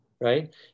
right